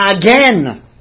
again